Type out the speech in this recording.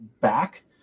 back